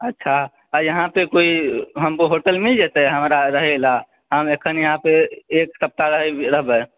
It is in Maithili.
अच्छा यहाँ पर कोइ होटल मिल जेतै हमरा रहै लए हम अखन यहाँपर एक सप्ताह रहबै